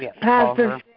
Pastor